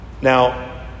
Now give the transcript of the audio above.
Now